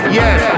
yes